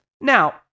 Now